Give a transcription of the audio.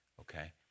okay